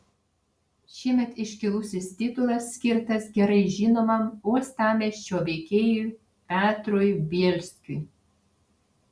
šiemet iškilusis titulas skirtas gerai žinomam uostamiesčio veikėjui petrui bielskiui